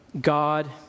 God